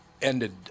ended